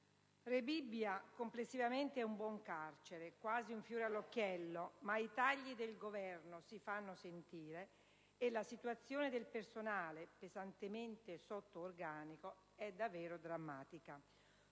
Rebibbia è complessivamente un buon carcere, quasi un fiore all'occhiello, ma i tagli del Governo si fanno sentire e la situazione del personale, pesantemente sotto organico, è davvero drammatica.